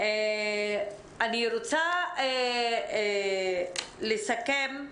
אני רוצה לסכם.